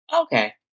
Okay